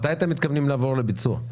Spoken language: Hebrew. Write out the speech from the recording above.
מתי אתם מתכוונים לעבור לביצוע?